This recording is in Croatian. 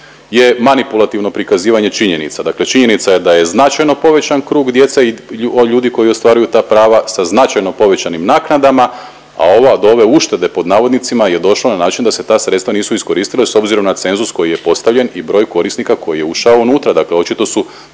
je manipulativno prikazivanje činjenica. Dakle činjenica je da je značajno povećan krug djece i ljudi koji ostvaruju ta prava sa značajno povećanim naknadama, a do ove uštede pod navodnicima je došlo na način da se ta sredstva nisu iskoristila s obzirom na cenzus koji je postavljen i broj korisnika koji je ušao unutra,